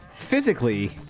physically